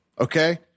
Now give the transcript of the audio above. okay